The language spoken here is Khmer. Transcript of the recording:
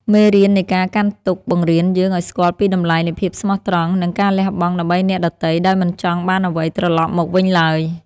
មេរៀននៃការកាន់ទុក្ខបង្រៀនយើងឱ្យស្គាល់ពីតម្លៃនៃភាពស្មោះត្រង់ និង ការលះបង់ដើម្បីអ្នកដទៃដោយមិនចង់បានអ្វីត្រឡប់មកវិញឡើយ។